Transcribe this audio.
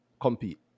compete